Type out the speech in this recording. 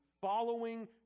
following